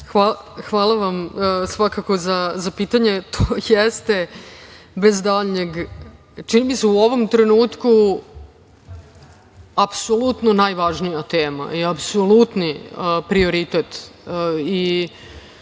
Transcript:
Hvala za pitanje, to jeste bez daljnjeg, čini mi se u ovom trenutku apsolutno najvažnija tema i apsolutni prioritet. Drago